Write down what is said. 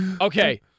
Okay